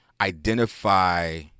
Identify